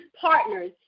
partners